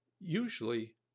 usually